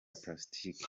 plastic